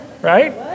Right